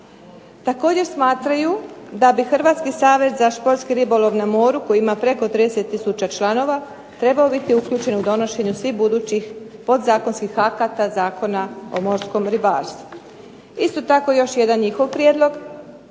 Također smatraju da bi Hrvatski savez za športski ribolov na moru koji ima preko 30 tisuća članova trebao biti uključen u donošenju svih budućih podzakonskih akata Zakona o morskom ribarstvu. Isto tako još jedan njihov prijedlog,